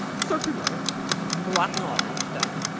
certainly black and orange then,